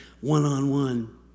one-on-one